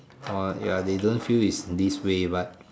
or ya they don't feel is this way but